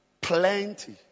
Plenty